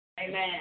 Amen